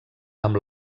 amb